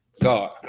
god